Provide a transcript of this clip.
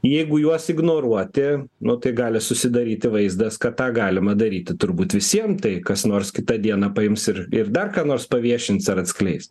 jeigu juos ignoruoti nu tai gali susidaryti vaizdas kad tą galima daryti turbūt visiem tai kas nors kitą dieną paims ir ir dar ką nors paviešins ar atskleis